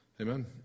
Amen